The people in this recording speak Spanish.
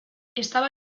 estaba